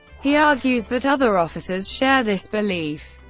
he argues that other officers share this belief.